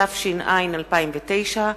התש"ע 2009,